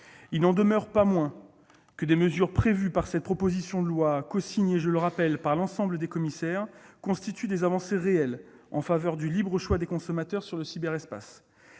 Il n'en demeure pas moins que les mesures prévues dans cette proposition de loi cosignée- je le rappelle -par l'ensemble des commissaires constituent des avancées réelles en faveur du libre choix des consommateurs dans le cyberespace.